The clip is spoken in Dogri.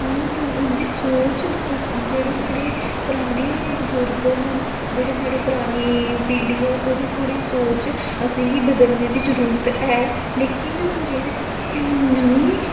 हां ते उं'दी सोच जेह्ड़े साढ़े पराने बजुर्ग न जेह्ड़ी साढ़ी परानी पीढ़ी ऐ ओह्दी थोह्ड़ी सोच असेंगी बदलने दी जरूरत ऐ लेकिन जेह्ड़ी साढ़ी नमीं